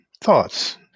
thoughts